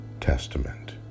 Testament